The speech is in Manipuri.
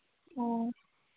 ꯑꯣ